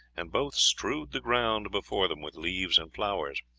and both strewed the ground before them with leaves and flowers.